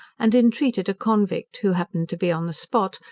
and entreated a convict, who happened to be on the spot,